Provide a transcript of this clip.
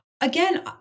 Again